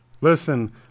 Listen